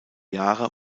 jahre